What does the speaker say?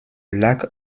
lac